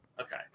Okay